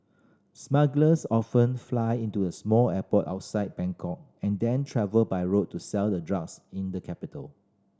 smugglers often fly into the small airport outside Bangkok and then travel by road to sell the drugs in the capital